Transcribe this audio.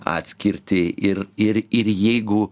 atskirtį ir ir ir jeigu